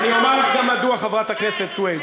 לא, אני אומר לך גם מדוע, חברת הכנסת סויד.